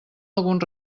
algun